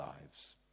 lives